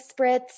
spritz